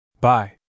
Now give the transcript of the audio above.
Bye